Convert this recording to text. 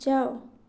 ଯାଅ